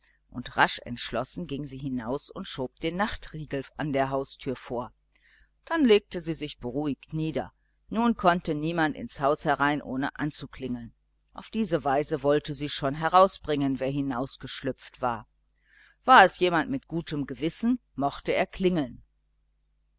und rasch entschlossen ging sie hinaus und schob den nachtriegel an der haustüre vor dann legte sie sich beruhigt wieder nun konnte niemand ins haus herein ohne anzuklingeln auf diese weise wollte sie schon herausbringen wer hinausgeschlüpft war war es jemand mit gutem gewissen der mochte klingeln